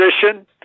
position